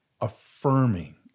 affirming